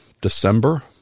December